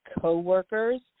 coworkers